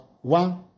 one